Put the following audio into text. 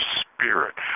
spirit